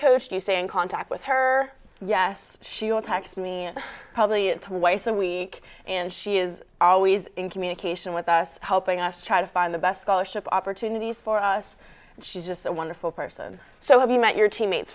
to stay in contact with her yes she will text me probably it twice a week and she is always in communication with us helping us try to find the best scholarship opportunities for us she's just a wonderful person so have you met your teammates